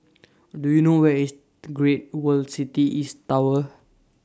Do YOU know Where IS Great World City East Tower